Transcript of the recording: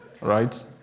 right